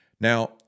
Now